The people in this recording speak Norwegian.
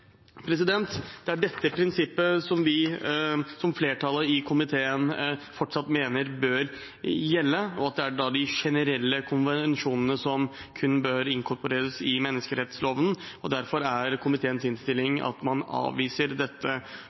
Det er dette prinsippet flertallet i komiteen fortsatt mener bør gjelde, at det kun er de generelle konvensjonene som bør inkorporeres i menneskerettsloven. Derfor er komiteens innstiling at man avviser dette